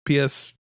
PS